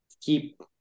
keep